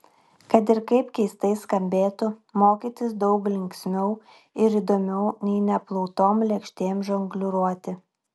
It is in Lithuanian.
kad ir kaip keistai skambėtų mokytis daug linksmiau ir įdomiau nei neplautom lėkštėm žongliruoti